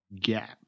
gap